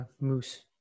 moose